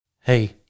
Hey